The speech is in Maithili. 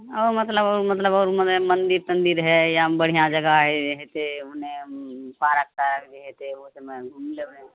आओर मतलब आओर मतलब आओर मने मन्दिर तन्दिर है इएहमे बढ़िआँ जगह अइमे हेतय अइमे पार्क तार्क जे हेतय ओ सबमे घुमि लेबय